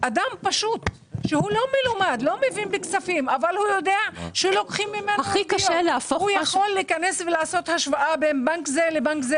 פשוט שלא מבין בכספים יכול להיכנס ולעשות השוואה בין בנקים?